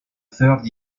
third